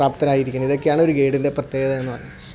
പ്രാപ്തരായിരിക്കുന്നു ഇതൊക്കെയാണൊരു ഗേയ്ഡിന്റെ പ്രത്യേകത എന്നു പറയുന്നത്